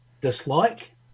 dislike